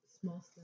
Small